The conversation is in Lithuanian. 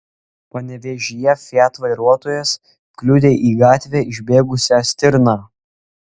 panevėžyje fiat vairuotojas kliudė į gatvę išbėgusią stirną